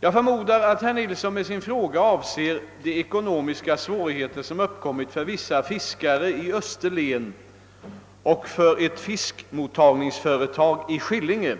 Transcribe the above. Jag förmodar att herr Nilsson med sin fråga avser de ekonomiska svårigheter som uppkommit för vissa fiskare i Österlen och för ett fiskmottagningsföretag i Skillinge.